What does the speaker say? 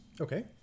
okay